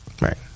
right